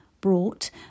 brought